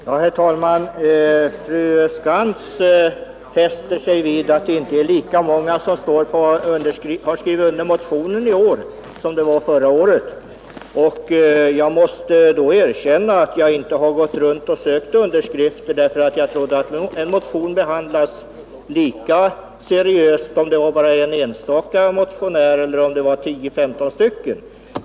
Herr talman! Fru Skantz fäste sig vid att inte lika många har skrivit under motionen i år som förra året. Ja, jag måste erkänna att jag inte har gått runt och sökt få underskrifter. Jag trodde nämligen att en motion behandlas lika seriöst om det är en enskild motionär som väckt den som när det finns tio eller femton namnunderskrifter.